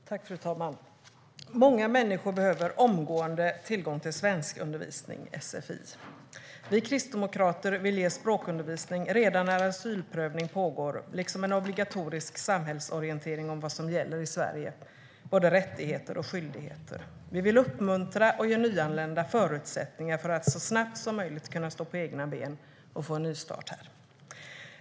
Fru talman! Många människor behöver omgående tillgång till svenskundervisning inom sfi. Vi kristdemokrater vill ge språkundervisning redan när asylprövning pågår. Det ska även ges en obligatorisk samhällsorientering om vad som gäller i Sverige med både rättigheter och skyldigheter. Vi vill uppmuntra och ge nyanlända förutsättningar för att så snabbt som möjligt stå på egna ben och få en nystart här.